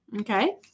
Okay